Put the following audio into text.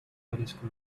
telescope